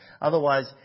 Otherwise